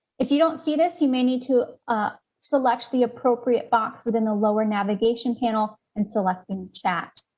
if you don't see this, you may need to ah select the appropriate box within the lower navigation panel, and selecting that.